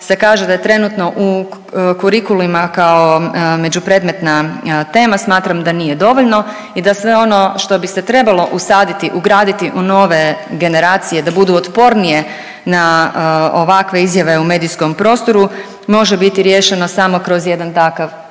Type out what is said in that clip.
se kaže da je trenutno u kurikulima kao među predmetna tema, smatram da nije dovoljno i da sve ono što bi se trebalo usaditi, ugraditi u nove generacije da budu otpornije na ovakve izjave u medijskom prostoru može biti riješeno samo kroz jedan takav